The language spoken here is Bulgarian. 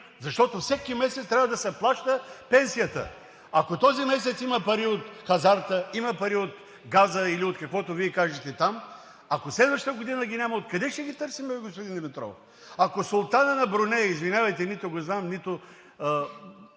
защото всеки месец трябва да се плаща пенсията? Ако този месец има пари от хазарта, има пари от газа или от каквото Вие кажете там, ако следващата година ги няма, откъде ще ги търсим бе, господин Димитров? Ако султанът на Бруней, извинявайте, нито го знам, нито